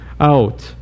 out